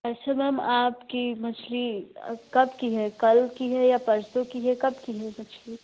अच्छा मैम आपकी मछली कब की है कल की है या परसों की है कब की है मछली